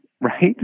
right